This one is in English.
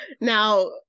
Now